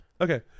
Okay